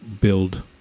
build